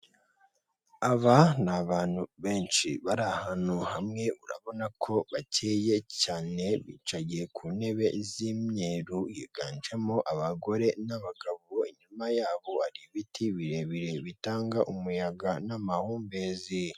Aba n'abantu benshi bari ahantu hamwe urabona ko bakeya cyane bicaye ku ntebe z'imyeru higanjemwo abagore n'abagabo inyuma yabo hari ibiti birebire bitanga umuyaga n'amahumbezi.